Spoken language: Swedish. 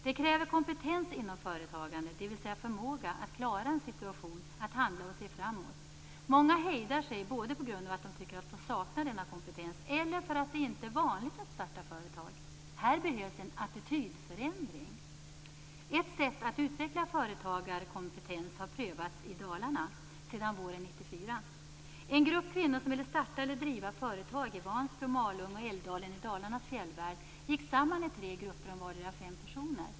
Detta kräver kompetens inom företagande, dvs. förmåga att klara en situation, att handla och att se framåt. Många hejdar sig både på grund av att de tycker att de saknar denna kompetens eller för att det inte är vanligt att starta företag. Här behövs en attitydförändring. Ett sätt att utveckla företagarkompetens har prövats i Dalarna sedan våren 1994. En grupp kvinnor som ville starta eller driva företag i Vansbro, Malung och Älvdalen i Dalarnas fjällvärld gick samman i tre grupper om vardera fem personer.